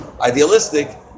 idealistic